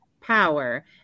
power